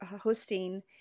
hosting